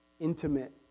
intimate